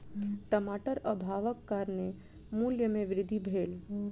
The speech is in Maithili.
टमाटर अभावक कारणेँ मूल्य में वृद्धि भेल